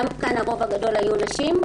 גם כאן הרוב הגדול היו נשים,